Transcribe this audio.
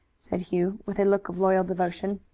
said hugh, with a look of loyal devotion.